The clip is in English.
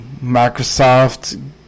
Microsoft